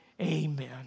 amen